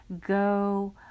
go